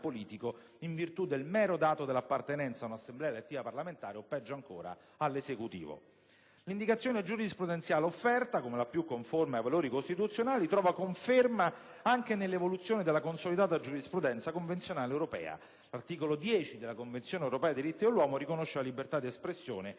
politico in virtù del mero dato dell'appartenenza ad un'Assemblea elettiva parlamentare o, peggio ancora, all'Esecutivo. L'indicazione giurisprudenziale offerta come la più conforme ai valori costituzionali trova conferma anche nell'evoluzione della consolidata giurisprudenza convenzionale europea. L'articolo 10 della Convenzione europea dei diritti dell'uomo, infatti, riconosce la libertà d'espressione